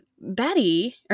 Betty